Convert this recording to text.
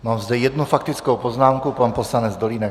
Mám zde jednu faktickou poznámku, pan poslanec Dolínek.